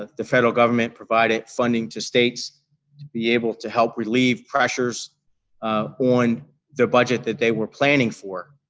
the federal government provided funding to states to be able to help relieve pressures on the budget that they were planning for.